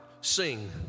sing